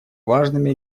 важными